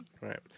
Right